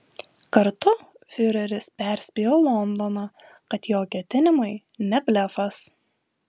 kartu fiureris perspėjo londoną kad jo ketinimai ne blefas